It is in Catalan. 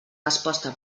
resposta